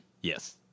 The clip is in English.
Yes